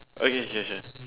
okay sure sure